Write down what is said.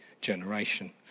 generation